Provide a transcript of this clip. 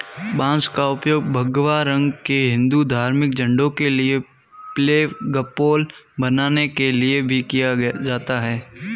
बांस का उपयोग भगवा रंग के हिंदू धार्मिक झंडों के लिए फ्लैगपोल बनाने के लिए भी किया जाता है